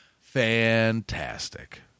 Fantastic